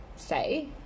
say